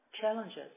challenges